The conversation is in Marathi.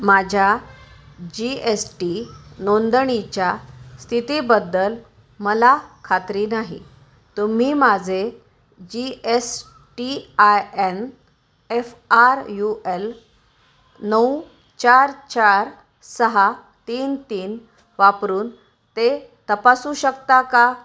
माझ्या जी एस टी नोंदणीच्या स्थितीबद्दल मला खात्री नाही तुम्ही माझे G S T I N F R U L नऊ चार चार सहा तीन तीन वापरून ते तपासू शकता का